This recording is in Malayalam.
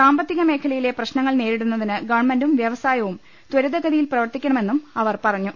സാമ്പത്തികമേഖലയിലെ പ്രശ്നങ്ങൾ നേരിടുന്ന തിന് ഗവൺമെന്റും വ്യവസായവും ത്വരിതഗതിയിൽ പ്രവർത്തിക്കണമെന്നും അവർ പറഞ്ഞു